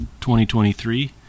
2023